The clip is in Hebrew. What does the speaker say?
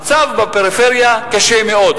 המצב בפריפריה קשה מאוד.